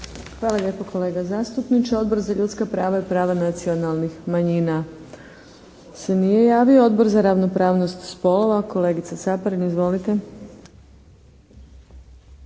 Hvala lijepo kolega zastupniče. Odbor za ljudska prava i prava nacionalnih manjina se nije javio. Odbor za ravnopravnost spolova, kolegica Caparin izvolite.